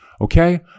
Okay